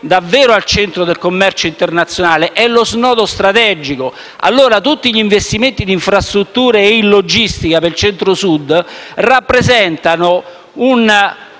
davvero al centro del commercio internazionale. È lo snodo strategico. Pertanto, tutti gli investimenti in infrastrutture e logistica per il Centro-Sud rappresentano un